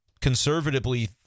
conservatively